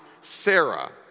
Sarah